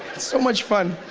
so much fun